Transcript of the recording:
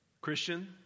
Christian